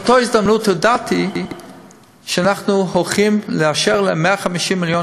באותה הזדמנות הודעתי שאנחנו הולכים לאשר להם 150 מיליון